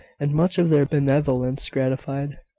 and much of their benevolence gratified.